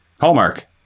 Hallmark